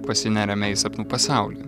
pasineriame į sapnų pasaulį